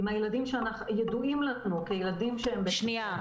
עם הילדים שידועים לנו כילדים שהם בסיכון.